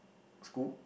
school